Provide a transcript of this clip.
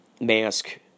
mask